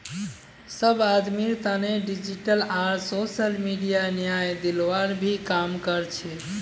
सब आदमीर तने डिजिटल आर सोसल मीडिया न्याय दिलवार भी काम कर छे